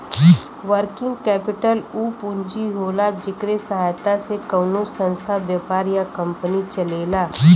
working capital उ पूंजी होला जेकरे सहायता से कउनो संस्था व्यापार या कंपनी चलेला